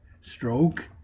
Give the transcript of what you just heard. stroke